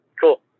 Cool